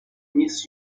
miss